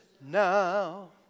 now